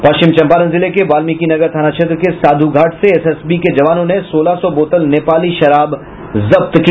पश्चिम चंपारण जिले के वाल्मीकिनगर थाना क्षेत्र के साधु घाट से एसएसबी के जवानों ने सोलह सौ बोतल नेपाली शराब जब्त की